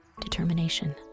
determination